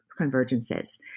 convergences